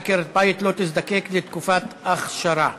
עקרת-בית לא תזדקק לתקופת אכשרה),